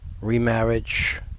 remarriage